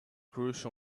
crucial